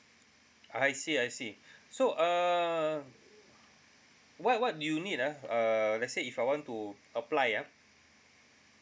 I see I see so uh what what do you need ah err let's say if I want to apply ah